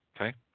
Okay